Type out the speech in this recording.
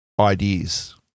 ideas